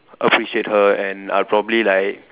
appreciate her and I'll probably like